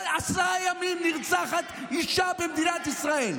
כל עשרה ימים נרצחת אישה במדינת ישראל.